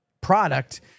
product